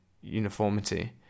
uniformity